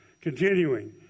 Continuing